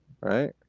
right